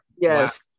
Yes